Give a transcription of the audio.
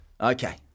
Okay